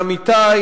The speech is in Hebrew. לעמיתי,